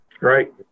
right